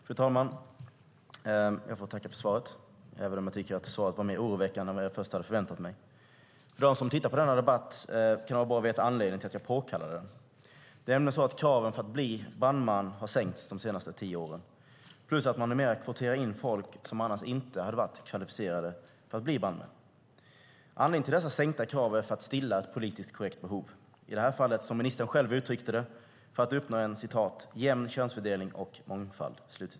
Fru talman! Jag får tacka för svaret, även om jag tycker att svaret var mer oroväckande än vad jag först hade förväntat mig. För dem som tittar på denna debatt kan det vara bra att veta anledningen till att jag påkallar den. Det är nämligen så att kraven för att bli brandman har sänkts de senaste tio åren plus att man numera kvoterar in folk som annars inte hade varit kvalificerade för att bli brandmän. Anledningen till dessa sänkta krav är att man vill stilla ett politiskt korrekt behov, i det här fallet, som ministern själv uttryckte det, för att uppnå en "jämn könsfördelning och mångfald".